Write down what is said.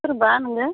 सोरबा नोङो